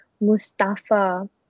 Mustafa